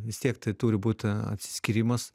vis tiek tai turi būt a atsiskyrimas